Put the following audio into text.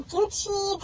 Gucci